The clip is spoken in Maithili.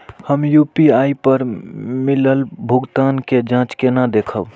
हम यू.पी.आई पर मिलल भुगतान के जाँच केना देखब?